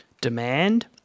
demand